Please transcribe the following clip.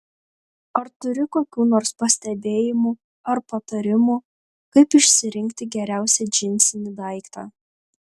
ar turi kokių nors pastebėjimų ar patarimų kaip išsirinkti geriausią džinsinį daiktą